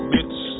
Bitch